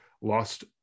lost